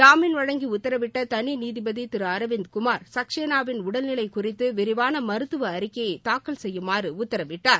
ஜாமீன் வழங்கி உத்தரவிட்ட தனி நீதிபதி திரு அரவிந்த் குமார் சக்சேனாவின் உடல் நிலை குறித்து விரிவான மருத்துவ அறிக்கையை தாக்கல் செய்யுமாறு உத்தரவிட்டார்